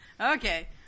Okay